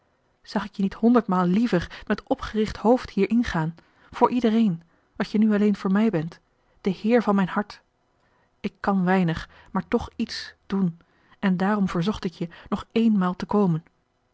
zag ik je niet honderdmaal liever met opgericht hoofd hier ingaan voor iedereen wat je nu alleen voor mij bent de heer van mijn hart ik kan weinig maar toch iets doen en daarom verzocht ik je nog eenmaal te komen